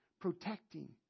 protecting